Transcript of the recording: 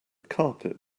carpet